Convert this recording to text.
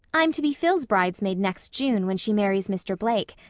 i'm to be phil's bridesmaid next june, when she marries mr. blake,